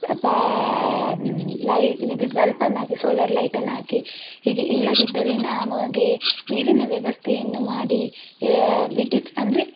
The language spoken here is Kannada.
ಪಾ ಲೈ ವಿದ್ಯುತ್ ಬಲ್ಪನ್ನು ಹಾಕಿ ಸೋಲರ್ ಲೈಟನ್ನು ಹಾಕಿ ಹೀಗೆ ಇಲ್ಲದಿದ್ದರೆ ನಾ ಮ ಗೆ ನೀರಿನ ವ್ಯವಸ್ಥೆಯನ್ನು ಮಾಡಿ ವಿದ್ಯುತ್ ಅಂದರೆ